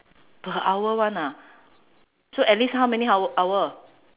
per hour [one] ah so at least how many hou~ hour